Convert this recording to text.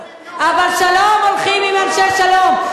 אבל לשלום הולכים עם אנשי שלום.